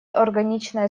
органичная